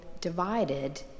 divided